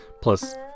plus